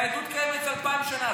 והיהדות קיימת אלפיים שנה.